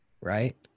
right